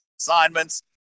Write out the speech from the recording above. assignments